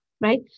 right